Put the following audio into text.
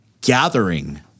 gathering